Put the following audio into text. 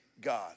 God